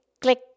Click